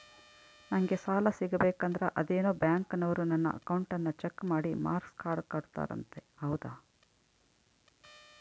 ನಂಗೆ ಸಾಲ ಸಿಗಬೇಕಂದರ ಅದೇನೋ ಬ್ಯಾಂಕನವರು ನನ್ನ ಅಕೌಂಟನ್ನ ಚೆಕ್ ಮಾಡಿ ಮಾರ್ಕ್ಸ್ ಕೊಡ್ತಾರಂತೆ ಹೌದಾ?